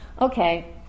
okay